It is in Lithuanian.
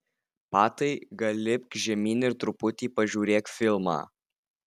patai gal lipk žemyn ir truputį pažiūrėk filmą